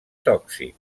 tòxic